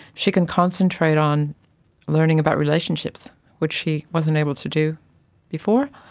she can concentrate on learning about relationships which she wasn't able to do before.